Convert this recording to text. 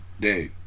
day